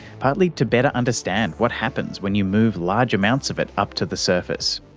partly to better understand what happens when you move large amounts of it up to the surface.